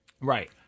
Right